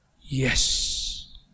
Yes